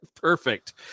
Perfect